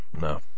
No